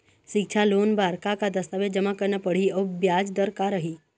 सिक्छा लोन बार का का दस्तावेज जमा करना पढ़ही अउ ब्याज दर का रही?